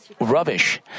rubbish